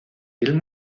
bill